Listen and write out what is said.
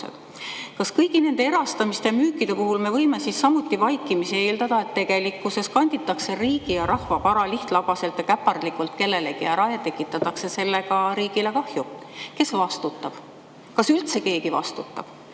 Kas kõigi nende erastamiste ja müükide puhul me võime samuti vaikimisi eeldada, et tegelikkuses kanditakse riigi ja rahva vara lihtlabaselt ja käpardlikult kellelegi ära ja tekitatakse sellega riigile kahju? Kes vastutab? Kas üldse keegi vastutab?